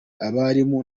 abarimu